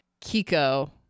Kiko